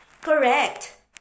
Correct